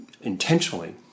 intentionally